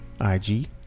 IG